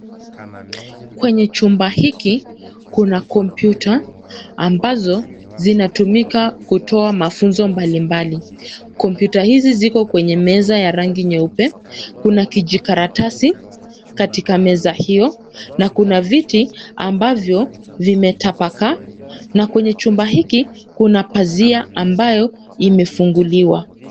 Kwenye chumba hiki kuna kompyuta ambazo zinatumika kutoa mafunzo mbalimbali, kompyuta hizi ziko kwenye meza ya rangi nyeupe, kuna kijikaratasi katika meza iyo na kuna viti ambavyo vimetapakaa na kwenye chumba hiki kuna pazia ambayo imefunguliwa.